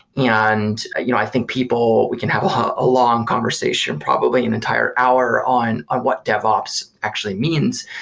yeah and you know i think people, we can have have a long conversation probably, an entire hour, on on what devops actually means.